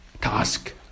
task